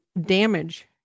damage